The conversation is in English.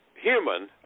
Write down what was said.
human